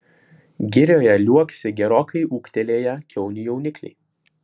girioje liuoksi gerokai ūgtelėję kiaunių jaunikliai